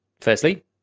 firstly